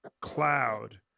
cloud